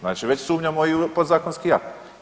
Znači već sumnjamo i u podzakonski akt.